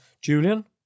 Julian